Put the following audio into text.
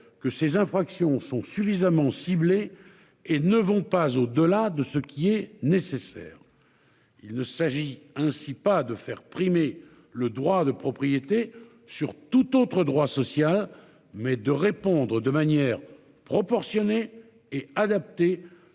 que ces infractions sont suffisamment ciblée et ne vont pas au delà de ce qui est nécessaire. Il ne s'agit ainsi pas de faire primer le droit de propriété sur toute autre droit social, mais de répondre de manière proportionnée et adaptée